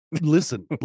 Listen